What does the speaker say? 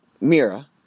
Mira